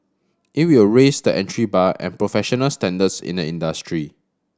it will raise the entry bar and professional standards in the industry